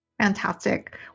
Fantastic